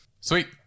Sweet